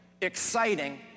exciting